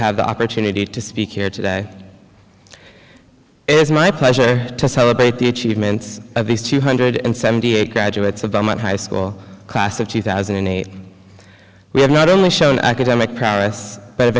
have the opportunity to speak here today it's my pleasure to celebrate the achievements of these two hundred and seventy eight graduates of the my high school class of two thousand and eight we have not only shown academic progress but